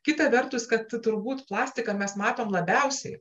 kita vertus kad turbūt plastiką mes matom labiausiai